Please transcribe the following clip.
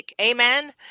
amen